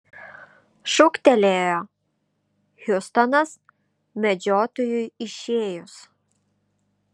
šūktelėjo hiustonas medžiotojui išėjus